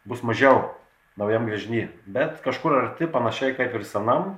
bus mažiau naujam gręžiny bet kažkur arti panašiai kaip ir senam